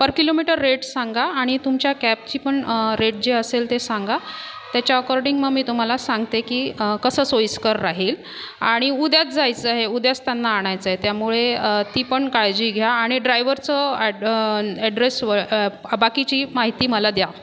पर kilometre rate सांगा आणि तुमच्या कॅबची पण रेट जे असेल ते सांगा त्याच्या अकॉर्डिंग मग मी तुम्हाला सांगते की कसं सोईस्कर राहील आणि उद्याच जायचं आहे उद्याच त्यांना आणायचं आहे त्यामुळे ती पण काळजी घ्या आणि ड्रायवरचं एड एड्रेस वळ बाकीची माहिती मला द्या